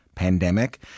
pandemic